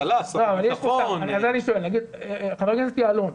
חבר הכנסת יעלון,